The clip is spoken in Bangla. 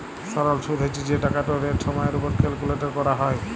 সরল সুদ্ হছে যে টাকাটর রেট সময়ের উপর ক্যালকুলেট ক্যরা হ্যয়